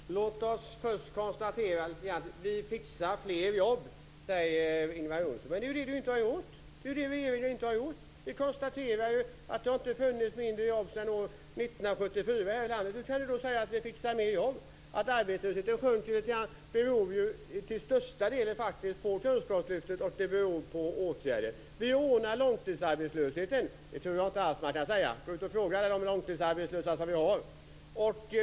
Fru talman! Låt oss först konstatera vad som sades. Vi fixar fler jobb, säger Ingvar Johnsson. Det är ju det regeringen inte har gjort! Vi konstaterade att det inte har funnits färre jobb sedan år 1974 här i landet. Hur kan ni då säga att ni fixar fler jobb? Att arbetslösheten sjunker litet grand beror till största delen på kunskapslyftet och på åtgärder. Ni säger att ni ordnar långtidsarbetslösheten. Det tror jag inte alls att man kan säga. Gå ut och fråga de långtidsarbetslösa!